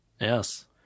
Yes